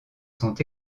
sont